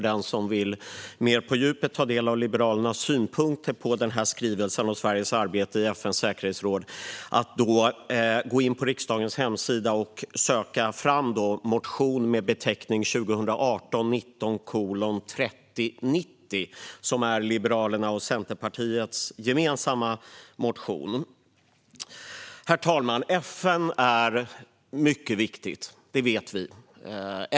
Den som mer på djupet vill ta del av Liberalernas synpunkter på skrivelsen om Sveriges arbete i FN:s säkerhetsråd hänvisar jag därför till att gå in på riksdagens hemsida och söka fram motionen med beteckningen 2018/19:3090, som är Liberalernas och Centerpartiets gemensamma motion. Herr talman! FN är mycket viktigt; det vet vi.